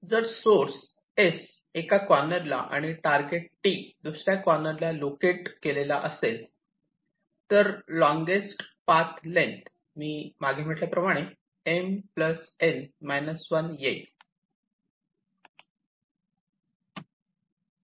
जर source S एका corner ला आणि टारगेट T दुसऱ्या कॉर्नर ला लोकेट केलेला असेल तर लोंगेस्ट पाथ लेन्थ मी मागे म्हटल्याप्रमाणे M N 1 येईल